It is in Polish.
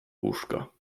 łóżka